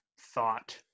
thought